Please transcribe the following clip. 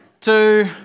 two